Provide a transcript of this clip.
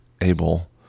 able